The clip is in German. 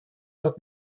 auf